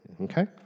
okay